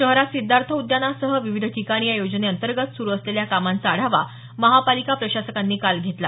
शहरात सिद्धार्थ उद्यानासह विविध ठिकाणी या योजने अंतर्गत सुरू असलेल्या कामांचा आढावा महापालिका प्रशासकांनी काल घेतला